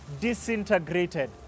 disintegrated